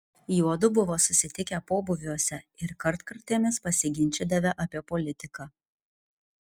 juodu buvo susitikę pobūviuose ir kartkartėmis pasiginčydavę apie politiką